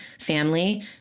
family